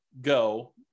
go